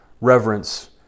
reverence